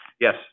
yes